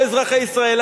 לאזרחי ישראל,